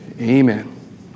amen